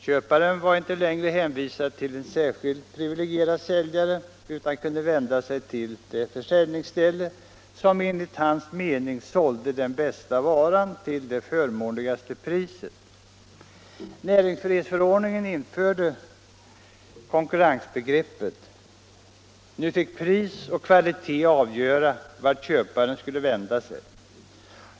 Köparen var inte längre hänvisad till en särskild privilegierad säljare, utan kunde vända sig till det försäljningsställe som enligt hans mening sålde den bästa varan till det förmånligaste priset. Näringsfrihetsförordningen införde konkurrensbegreppet. Nu fick pris och kvalitet avgöra vart köparen skulle vända sig.